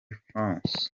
france